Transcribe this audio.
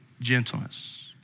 gentleness